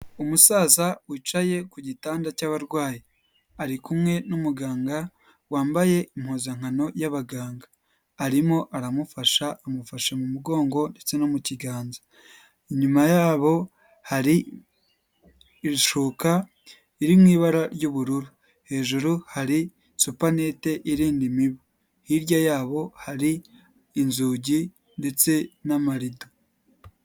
Umusaza wicaye ku gitanda cy'abarwayi. Ari kumwe n'umuganga wambaye impuzankano y'abaganga. Arimo aramufasha, amufashe mu mugongo ndetse no mu kiganza. Inyuma yabo hari ishuka ririmo ibara ry'ubururu. Hejuru hari supanete irinda imibu. Hirya yabo hari inzugi ndetse n'amarido.